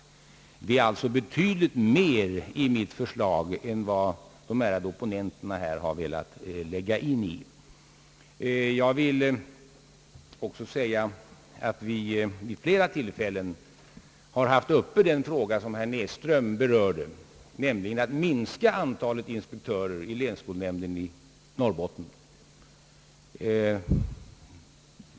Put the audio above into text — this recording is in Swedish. Det ligger alltså betydligt mer i mitt förslag än vad de ärade opponenterna har velat lägga in i det. Jag vill också säga att vi vid flera tillfällen har haft uppe den fråga, som herr Näsström berörde, nämligen den som gäller minskning av antalet inspektörer vid länsskolnämnden i Norrbotten.